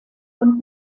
und